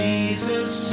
Jesus